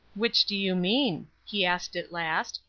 which do you mean? he asked at last.